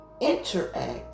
interact